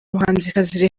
muhanzikazi